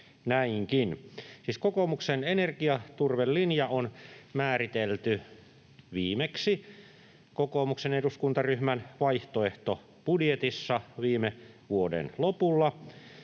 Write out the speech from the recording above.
kokoomuksen energiaturvelinja on määritelty viimeksi kokoomuksen eduskuntaryhmän vaihtoehtobudjetissa viime vuoden lopulla.